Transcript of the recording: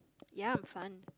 ya I'm fun